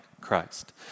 Christ